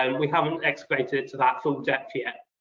and we haven't excavated to that full depth yet,